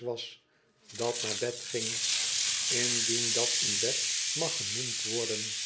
was dat naar bed ging indien dat een bed mag genoemd worden